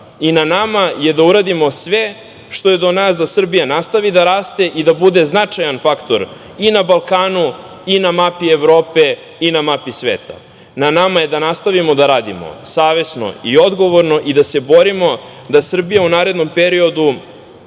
Na nama je da uradimo sve što je do nas da Srbija nastavi da raste i da bude značajan faktor i na Balkanu, i na mapi Evrope, i na mapi sveta. Na nama je da nastavimo da radimo savesno i dogovorno i da se borimo da Srbija u narednom periodu